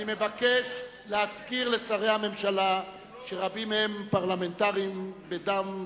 אני מבקש להזכיר לשרי הממשלה שרבים מהם פרלמנטרים בדם,